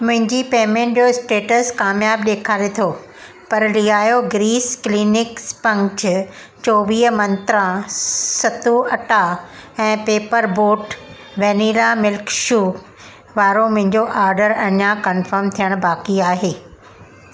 मुंहिंजी पेमेंट जो स्टेटस कामयाब ॾेखारे थो पर लियाओ ग्रीस क्लीनिंग स्पंज चोवीह मंत्रा सत्तू अटा ऐं पेपर बोट वैनिला मिल्कशेक वारो मुंहिंजो ऑर्डर अञां कंफर्म थियण बाक़ी आहे